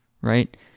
right